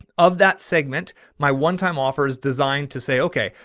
of that segment. my one time offer is designed to say, okay,